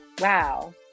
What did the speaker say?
Wow